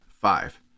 Five